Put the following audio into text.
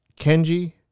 Kenji